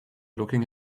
looking